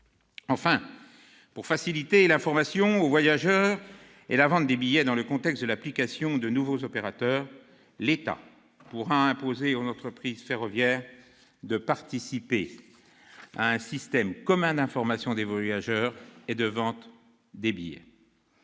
Enfin, pour faciliter l'information aux voyageurs et la vente des billets dans le contexte de l'apparition de nouveaux opérateurs, l'État pourra imposer aux entreprises ferroviaires de participer à un système commun d'information des voyageurs et de vente des billets.